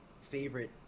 favorite